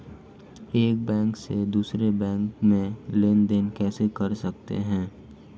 एक बैंक से दूसरे बैंक में लेनदेन कैसे कर सकते हैं?